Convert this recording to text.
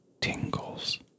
tingles